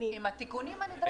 --- עם התיקונים הנדרשים.